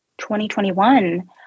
2021